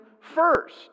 first